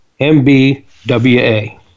MBWA